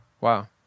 Wow